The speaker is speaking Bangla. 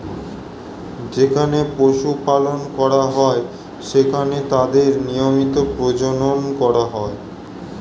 যেখানে পশু পালন করা হয়, সেখানে তাদের নিয়মিত প্রজনন করা হয়